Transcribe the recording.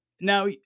Now